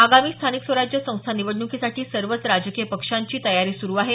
आगामी स्थानिक स्वराज्य संस्था निवडणुकीसाठी सर्वच राजकीय पक्षांची तयारी सुरू आहे